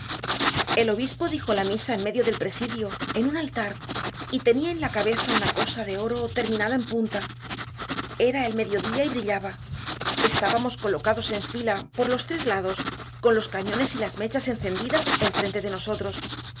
el obispo dijo la misa en medio del presidio en un altar y tenia en la cabeza una cosa de oro terminada en punta era el medio dia y brillaba estábamos colocados en fda por los tres lados con los cañones y las mechas encendidas en frente de nosotros no